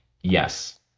Yes